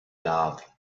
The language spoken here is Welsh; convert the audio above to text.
ladd